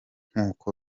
nk’uko